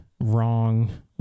wrong